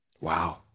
wow